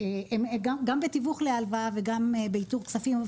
גם בתיווך להלוואה וגם באיתור כספים,